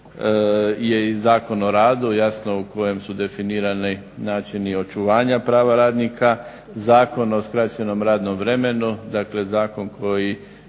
je i Zakon o radu, jasno u kojem su definirani načini očuvanja prava radnika. Zakon o skraćenom radnom vremenu, dakle Zakon koji